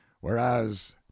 whereas